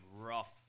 rough